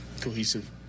cohesive